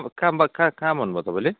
कहाँ काम बा कहाँ भन्नुभयो तपाईँले